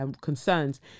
concerns